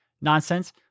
nonsense